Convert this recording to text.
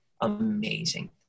amazing